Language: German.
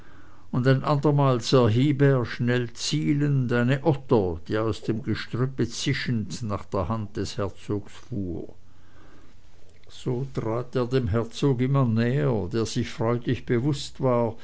und ein andermal zerhieb er schnell zielend eine otter die aus dem gestrüppe zischend nach der hand des herzogs fuhr so trat er dem herzog immer näher der sich freudig bewußt war